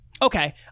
okay